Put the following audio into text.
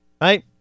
Right